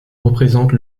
représente